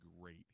great